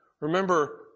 Remember